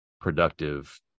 productive